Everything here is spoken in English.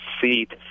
seat